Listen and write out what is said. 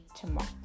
tomorrow